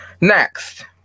next